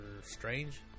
Strange